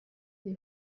the